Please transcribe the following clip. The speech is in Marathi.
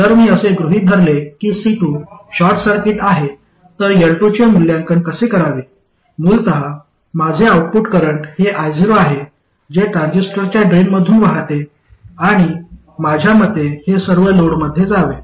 जर मी असे गृहित धरले की C2 शॉर्ट सर्किट आहे तर L2 चे मूल्यांकन कसे करावे मूलतः माझे आउटपुट करंट हे io आहे जे ट्रान्झिस्टरच्या ड्रेनमधून वाहते आणि माझ्यामते हे सर्व लोडमध्ये जावे